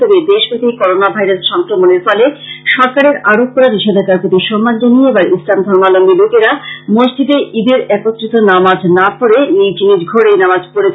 তবে দেশব্যাপী corona virus সংক্রমনের ফলে সরকারের আরোপ করা নিষেধাজ্ঞার প্রতি সম্মান জানিয়ে এবার ইসলাম ধর্মাবলম্বী লোকেরা মসজিদে ঈদের একত্রিত নামাজ পড়তে না গিয়ে নিজ নিজ ঘরেই নামাজ পড়েছেন